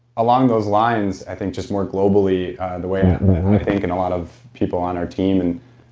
along those lines i think just more globally the way i think and a lot of people on our team and